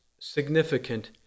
significant